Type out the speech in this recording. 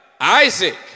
Isaac